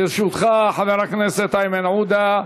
לרשותך, חבר הכנסת איימן עודה,